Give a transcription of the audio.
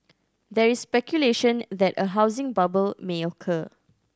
there is speculation that a housing bubble may occur